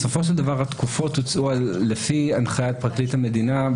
בסופו של דבר התקופות הוצעו לפי הנחיית פרקליט המדינה.